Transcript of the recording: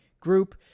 group